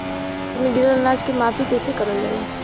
खेत में गिरल अनाज के माफ़ी कईसे करल जाला?